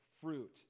fruit